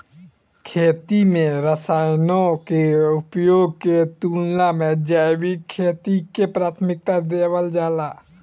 खेती में रसायनों के उपयोग के तुलना में जैविक खेती के प्राथमिकता देवल जाला